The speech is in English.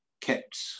kept